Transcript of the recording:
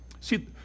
see